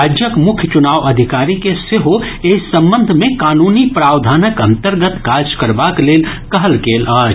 राज्यक मुख्य चुनाव अधिकारी के सेहो एहि संबंध मे कानूनी प्रावधानक अन्तर्गत काज करबाक लेल कहल गेल अछि